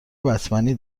بتمنی